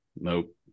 Nope